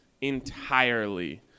entirely